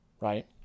right